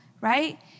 right